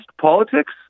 politics